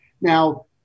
now